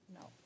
no